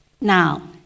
Now